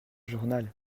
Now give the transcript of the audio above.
journal